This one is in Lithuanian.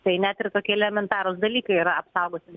tai net ir tokie elementarūs dalykai yra apsaugoti